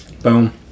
Boom